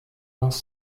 was